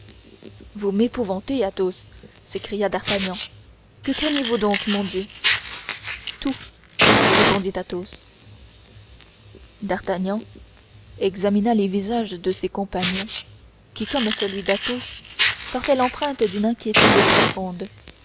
vous m'épouvantez athos s'écria d'artagnan que craignez-vous donc mon dieu tout répondit athos d'artagnan examina les visages de ses compagnons qui comme celui d'athos portaient l'empreinte d'une inquiétude profonde